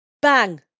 Bang